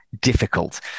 difficult